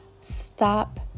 Stop